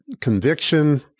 conviction